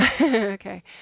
okay